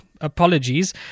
apologies